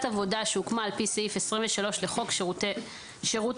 עבודה שהוקמה על פי סעיף 23 לחוק שירות התעסוקה,